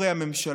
חברי הממשלה,